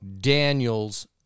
Daniels